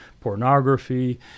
pornography